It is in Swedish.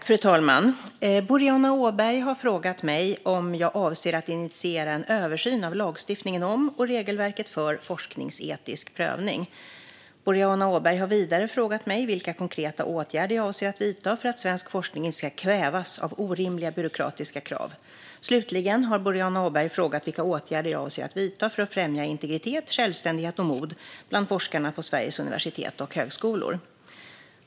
Fru talman! Boriana Åberg har frågat mig om jag avser att initiera en översyn av lagstiftningen om och regelverket för forskningsetisk prövning. Boriana Åberg har vidare frågat mig vilka konkreta åtgärder jag avser att vidta för att svensk forskning inte ska kvävas av orimliga byråkratiska krav. Slutligen har Boriana Åberg frågat vilka åtgärder jag avser att vidta för att främja integritet, självständighet och mod bland forskarna på Sveriges universitet och högskolor.